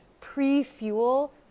pre-fuel